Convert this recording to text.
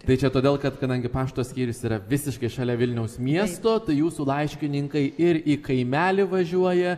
tai čia todėl kad kadangi pašto skyrius yra visiškai šalia vilniaus miesto tai jūsų laiškininkai ir į kaimelį važiuoja